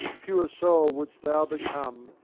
pure soul wouldst thou become,